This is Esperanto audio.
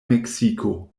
meksiko